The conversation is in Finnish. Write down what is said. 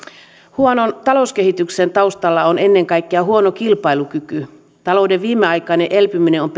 huonon talouskehityksen taustalla on ennen kaikkea huono kilpailukyky talouden viimeaikainen elpyminen on